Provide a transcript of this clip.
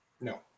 No